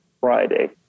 Friday